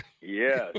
Yes